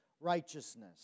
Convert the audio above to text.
righteousness